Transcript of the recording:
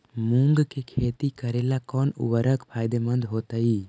मुंग के खेती करेला कौन उर्वरक फायदेमंद होतइ?